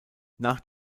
nach